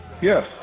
yes